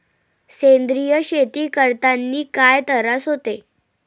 सेंद्रिय शेती करतांनी काय तरास होते?